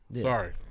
Sorry